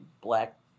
black